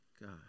God